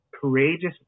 courageous